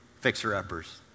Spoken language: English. fixer-uppers